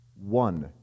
one